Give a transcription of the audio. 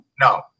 No